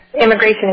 Immigration